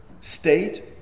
state